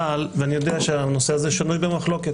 אבל ואני יודע שהנושא הזה שנוי במחלוקת,